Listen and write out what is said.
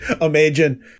imagine